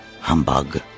Humbug